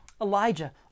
Elijah